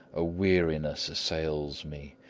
a weariness assails me,